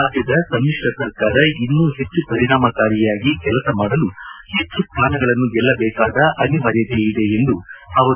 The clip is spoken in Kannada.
ರಾಜ್ಯದ ಸಮಿಶ್ರ ಸರ್ಕಾರ ಇನ್ನು ಹೆಚ್ಚು ಪರಿಣಾಮಕಾರಿಯಾಗಿ ಕೆಲಸ ಮಾಡಲು ಹೆಚ್ಚು ಸ್ವಾನಗಳನ್ನು ಗೆಲ್ಲಬೇಕಾದ ಅನಿವಾರ್ಯತೆ ಇದೆ ಎಂದರು